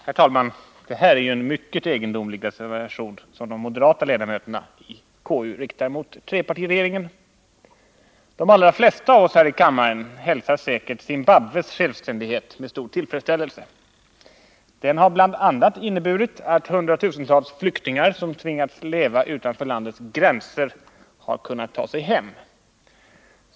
Herr talman! Det här är ju en mycket egendomlig reservation som de moderata ledamöterna i KU riktar mot trepartiregeringen. De allra flesta av oss i den här kammaren hälsar säkert Zimbabwes självständighet med stor tillfredsställelse. Den har bl.a. inneburit att hundratusentals flyktingar som tvingats leva utanför landets gränser har kunnat ta sig hem.